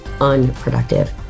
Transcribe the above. unproductive